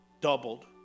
doubled